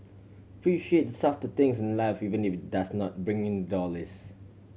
appreciate the softer things in life even if it does not bring in dollars